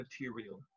material